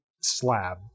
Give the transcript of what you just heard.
slab